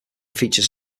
features